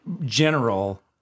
general